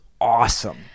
awesome